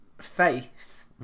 faith